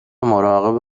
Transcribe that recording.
مراقب